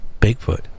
Bigfoot